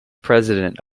president